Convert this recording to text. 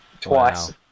twice